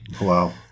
Wow